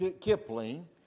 Kipling